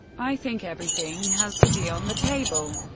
i think everything has to be on the table.